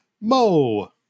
Mo